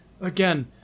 again